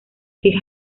queja